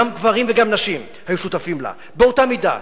גם גברים וגם נשים היו שותפים לה באותה מידה.